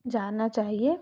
जाना चाहिए